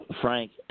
Frank